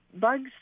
bugs